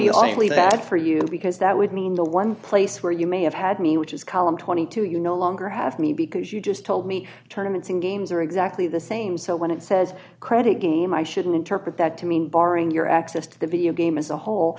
that for you because that would mean the one place where you may have had me which is column twenty two you no longer have me because you just told me tournaments in games are exactly the same so when it says credit game i shouldn't interpret that to mean barring your access to the video game as a whole